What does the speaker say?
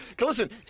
Listen